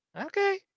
Okay